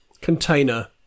container